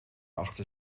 achter